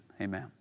Amen